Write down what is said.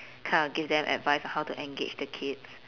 kind of give them advice on how to engage the kids